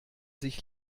sich